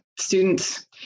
students